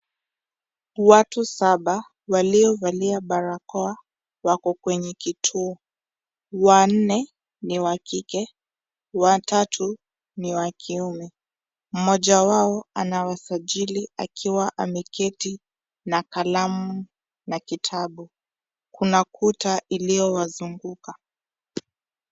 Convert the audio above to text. Watu saba, waliovalia barakoa, wako kwenye kituo. Wanne ni wakike, watatu ni wa kiume. Mmoja wao anawasajili akiwa ameketi na kalamu na kitabu. Kuna kuta iliyowazunguka.